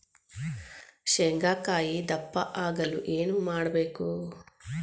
ಶೇಂಗಾಕಾಯಿ ದಪ್ಪ ಆಗಲು ಏನು ಮಾಡಬೇಕು?